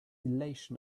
elation